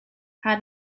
how